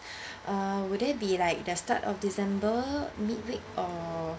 uh would that be like the start of the december mid week or